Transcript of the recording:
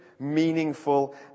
meaningful